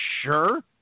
sure